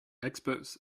experts